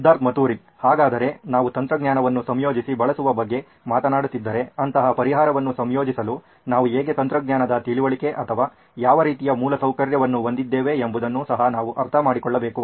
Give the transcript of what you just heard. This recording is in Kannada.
ಸಿದ್ಧಾರ್ಥ್ ಮತುರಿ ಹಾಗಾದರೆ ನಾವು ತಂತ್ರಜ್ಞಾನವನ್ನು ಸಂಯೋಜಿಸಿ ಬಳಸುವ ಬಗ್ಗೆ ಮಾತನಾಡುತ್ತಿದ್ದರೆ ಅಂತಹ ಪರಿಹಾರವನ್ನು ಸಂಯೋಜಿಸಲು ನಾವು ಹೇಗೆ ತಂತ್ರಜ್ಞಾನದ ತಿಳುವಳಿಕೆ ಅಥವಾ ಯಾವ ರೀತಿಯ ಮೂಲಸೌಕರ್ಯವನ್ನು ಹೊಂದಿದ್ದೇವೆ ಎಂಬುದನ್ನು ಸಹ ನಾವು ಅರ್ಥಮಾಡಿಕೊಳ್ಳಬೇಕು